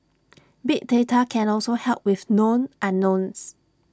big data can also help with known unknowns